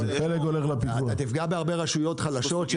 אתה תפגע בהרבה רשויות חלשות.